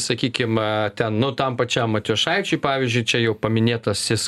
sakykim ten nu tam pačiam matijošaičiui pavyzdžiui čia jau paminėtasis